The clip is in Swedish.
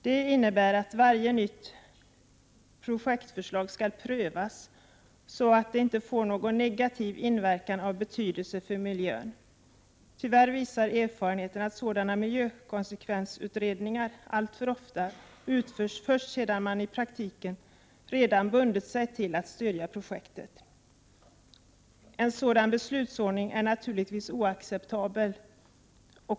Det innebär att varje nytt projektförslag skall prövas, så att det inte får någon negativ inverkan av betydelse för miljön. Tyvärr visar erfarenheten att sådana miljökonsekvensutredningar alltför ofta utförs först sedan man i praktiken redan bundit sig för att stödja projektet. En sådan beslutsordning är naturligtvis oacceptabel.